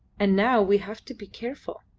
and now we have to be careful.